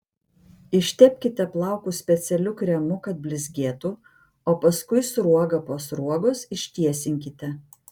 ištepkite plaukus specialiu kremu kad blizgėtų o paskui sruoga po sruogos ištiesinkite